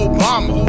Obama